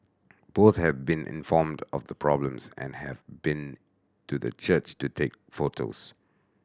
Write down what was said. both have been informed of the problems and have been to the church to take photos